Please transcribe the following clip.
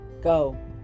go